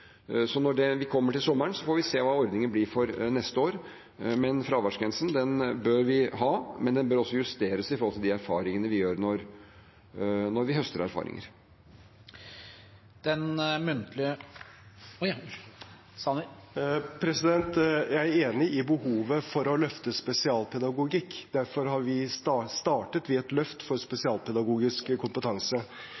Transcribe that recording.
Når vi kommer til sommeren, får vi se hva ordningen blir for neste år. Fraværsgrensen bør vi ha, men den bør også justeres i forhold til de erfaringene vi høster. Det blir oppfølgingsspørsmål – Jan Tore Sanner. Jeg er enig i behovet for å løfte spesialpedagogikk. Derfor startet vi et løft for